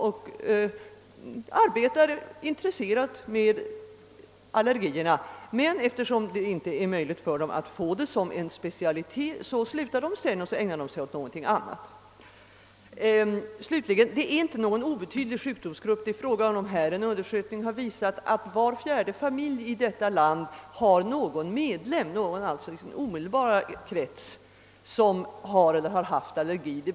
De arbetar intresserat med allergierna ett eller ett par år men eftersom de inte kan ämnet som specialitet, slutar de och inriktar sig på någonting annat. Till sist vill jag framhålla att det inte är fråga om någon obetydlig sjukdomsgrupp. En undersökning har visat att det i var fjärde svensk familj finns någon medlem som har eller haft allergi.